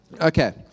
Okay